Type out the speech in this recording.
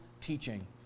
teaching